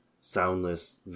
soundless